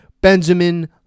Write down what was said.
Benjamin